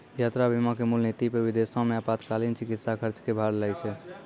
यात्रा बीमा के मूल नीति पे विदेशो मे आपातकालीन चिकित्सा खर्च के भार लै छै